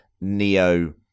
Neo